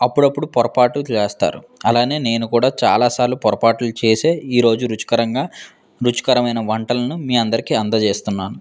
అప్పుడప్పుడూ పొరపాట్లు చేస్తారు అలాగే నేను కూడా చాలాసార్లు పొరపాట్లు చేసే ఈరోజు రుచికరంగా రుచికరమైన వంటలను మీ అందరికీ అందజేస్తున్నాను